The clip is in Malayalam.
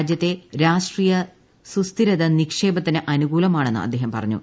രാജ്യത്തെ രാഷ്ട്രീയ സുസ്ഥിരത നിക്ഷേപത്തിന് അനുകൂലമാണെന്ന് അദ്ദേഹം പറഞ്ഞു